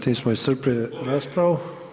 tim smo iscrpili raspravu.